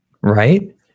Right